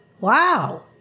wow